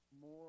more